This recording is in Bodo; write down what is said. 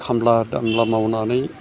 खामला दामला मावनानै